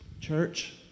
Church